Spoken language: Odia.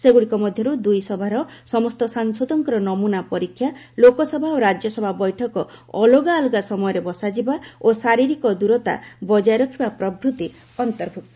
ସେଗୁଡ଼ିକ ମଧ୍ୟରେ ଦୁଇସଭାର ସମସ୍ତ ସାଂସଦଙ୍କର ନମ୍ରନା ପରୀକ୍ଷା ଲୋକସଭା ଓ ରାଜ୍ୟସଭା ବୈଠକ ଅଲଗାଅଲଗା ସମୟରେ ବସାଯିବା ଓ ଶାରିରୀକ ଦୂରତା ବଜାୟ ରଖିବା ପ୍ରଭୂତି ଅନ୍ତର୍ଭୁକ୍ତ